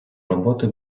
роботи